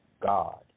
God